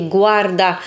guarda